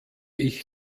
ich